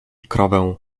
krowę